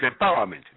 empowerment